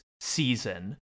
season